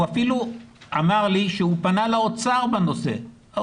הוא אפילו אמר לי שהוא פנה לאוצר בנושא אבל